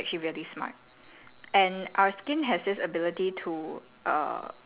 if it's very drying cause err what happens is that our skin is actually really smart